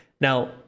now